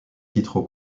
titres